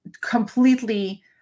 completely